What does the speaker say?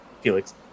Felix